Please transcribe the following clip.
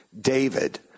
David